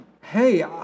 hey